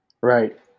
Right